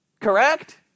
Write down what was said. Correct